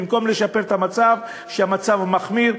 במקום לשפר את המצב, המצב מחמיר.